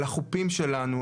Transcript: על החופים שלנו,